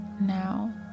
now